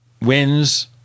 wins